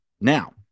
Now